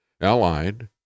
allied